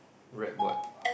read what